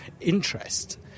interest